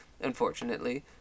Unfortunately